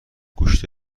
گوشت